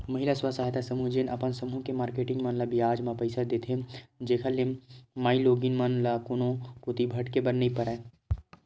महिला स्व सहायता समूह जेन अपन समूह के मारकेटिंग मन ल बियाज म पइसा देथे, जेखर ले माईलोगिन मन ल कोनो कोती भटके बर नइ परय